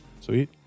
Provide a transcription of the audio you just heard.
Sweet